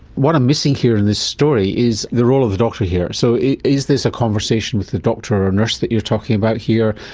missing here in this story is the role of the doctor here. so is this a conversation with the doctor or nurse that you're talking about here?